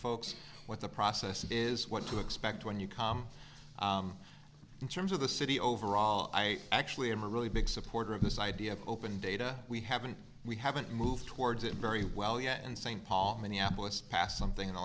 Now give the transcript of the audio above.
folks what the process is what to expect when you come in terms of the city overall i actually am a really big supporter of this idea of open data we haven't we haven't moved towards it very well yet and st paul many apple has passed something in the